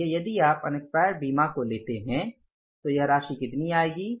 इसलिए यदि आप अनेक्स्पायर बीमा को लेते हैं तो यह राशि कितनी आएगी